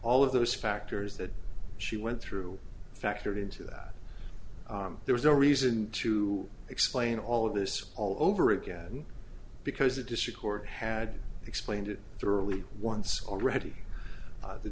all of those factors that she went through factored into that there was no reason to explain all of this all over again because the district court had explained it thoroughly once already